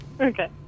Okay